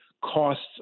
costs